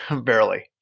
barely